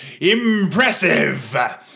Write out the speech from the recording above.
Impressive